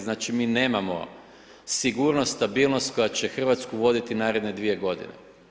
Znači mi nemamo sigurnost, stabilnost koja će Hrvatsku voditi u naredne dvije godine.